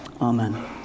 Amen